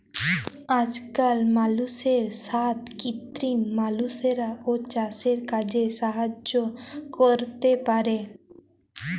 আজকাল মালুষের সাথ কৃত্রিম মালুষরাও চাসের কাজে সাহায্য ক্যরতে পারে